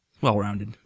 Well-rounded